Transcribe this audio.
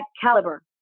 caliber